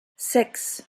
six